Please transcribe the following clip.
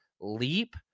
leap